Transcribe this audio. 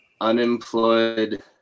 unemployed